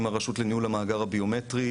עם הרשות לניהול המאגר הביומטרי,